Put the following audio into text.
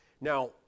Now